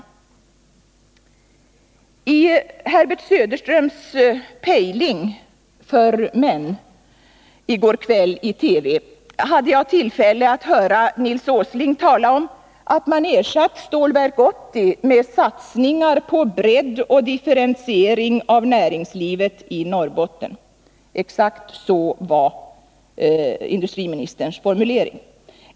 Jag hade tillfälle att i Herbert Söderströms Pejling för män i TV i går kväll höra Nils Åsling tala om att man ersatt Stålverk 80 med satsningar på bredd och differentiering av näringslivet i Norrbotten — exakt så var industriministerns formulering.